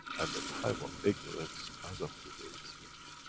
and the time of ignorance, as of today, is finished.